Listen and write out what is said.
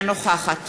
אינה נוכחת